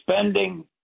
spending